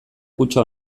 kutxa